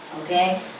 Okay